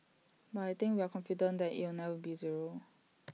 but I think we are confident that it'll never be zero